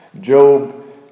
Job